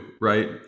right